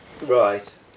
Right